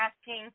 asking